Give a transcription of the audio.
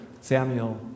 Samuel